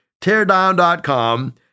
Teardown.com